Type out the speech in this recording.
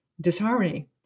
disharmony